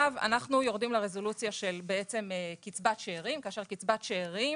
אנחנו יורדים לרזולוציה של קצבת שארים כאשר קצבת שארים